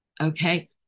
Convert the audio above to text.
Okay